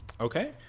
Okay